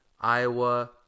Iowa